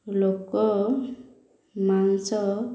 ଲୋକ ମାଂସ